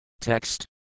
Text